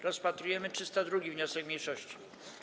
Rozpatrujemy 302. wniosek mniejszości.